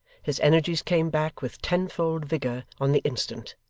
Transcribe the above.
his energies came back with tenfold vigour, on the instant.